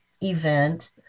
event